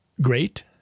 Great